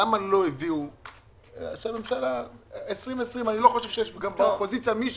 למה לא הביאו את תקציב 2020. אני חושב שגם באופוזיציה אין מי